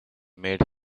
made